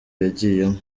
yagiyemo